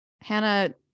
Hannah